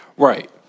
Right